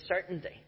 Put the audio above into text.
certainty